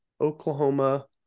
Oklahoma